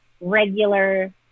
regular